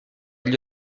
gli